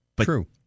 True